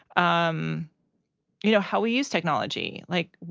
um you know, how we use technology. like,